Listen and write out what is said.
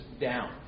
down